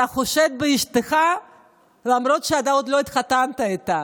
אתה חושד באשתך למרות שעוד לא התחתנת איתה.